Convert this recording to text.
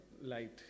light